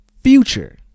Future